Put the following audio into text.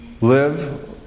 live